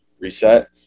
reset